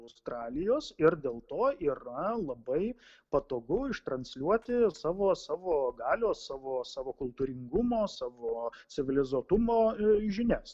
australijos ir dėl to yra labai patogu ištransliuoti savo savo galios savo savo kultūringumo savo civilizuotumo žinias